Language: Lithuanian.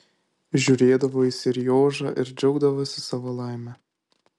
žiūrėdavo į seriožą ir džiaugdavosi savo laime